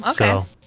okay